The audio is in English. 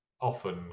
often